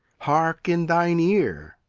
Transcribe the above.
hark in thine ear.